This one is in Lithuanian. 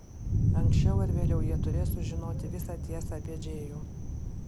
anksčiau ar vėliau jie turės sužinoti visą tiesą apie džėjų